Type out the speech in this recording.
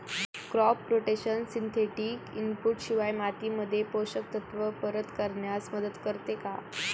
Crop rotation synthetic input शिवाय मातीमध्ये पोषक तत्त्व परत करण्यास मदत करते का?